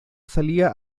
salía